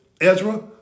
Ezra